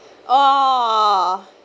oh